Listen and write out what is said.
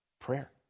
Prayer